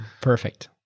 Perfect